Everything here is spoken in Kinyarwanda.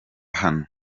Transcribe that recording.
hano